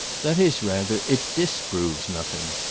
that is rather it disproves nothing.